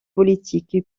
politiques